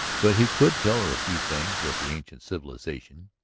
but he could tell her a few things of the ancient civilization.